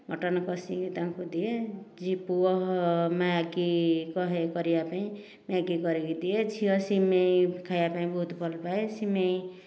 mutton କସିକି ତାଙ୍କୁ ଦିଏ ଜି ପୁଅ ମ୍ୟାଗି କହେ କରିବା ପାଇଁ ମ୍ୟାଗି କରିକି ଦିଏ ଝିଅ ସିମେଇ ଖାଇବା ପାଇଁ ବହୁତ ଭଲ ପାଏ ସିମେଇ